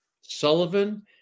Sullivan